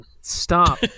Stop